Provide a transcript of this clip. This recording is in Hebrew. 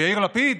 ויאיר לפיד?